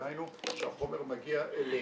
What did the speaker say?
דהיינו שהחומר מגיע אלינו.